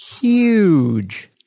Huge